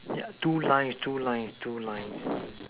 yeah two lines two lines two lines